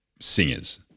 singers